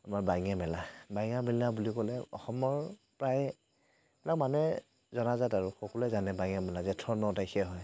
আমাৰ বঙে মেলা বাইঙা মেলা বুলি ক'লে অসমৰ প্ৰায়বিলাক মানুহে জনাজাত আৰু সকলোৱে জানে বাইঙে মেলা জেঠৰ ন তাৰিখে হয়